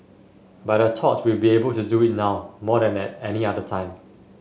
but I thought we'd be able to do it now more than at any other time